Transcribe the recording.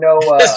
no